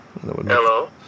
Hello